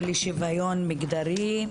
ולשיוויון מגדרי.